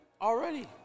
already